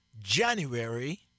January